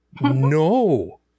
No